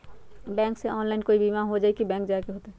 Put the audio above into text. Bank से online कोई बिमा हो जाई कि बैंक जाए के होई त?